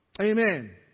Amen